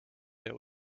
der